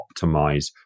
optimize